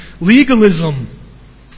legalism